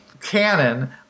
canon